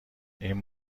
این